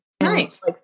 Nice